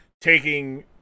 taking